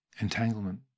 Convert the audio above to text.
entanglement